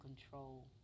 control